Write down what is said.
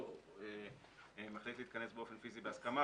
או מחליט להתכנס באופן פיסי בהסכמה,